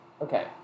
Okay